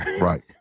Right